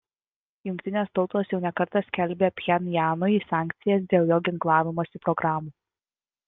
jungtinės tautos jau ne kartą skelbė pchenjanui sankcijas dėl jo ginklavimosi programų